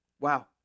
wow